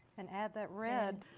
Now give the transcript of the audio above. and add that red.